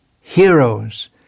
heroes